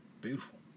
Beautiful